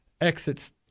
exits